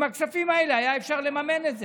עם הכספים האלה היה אפשר לממן את זה.